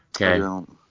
Okay